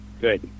Good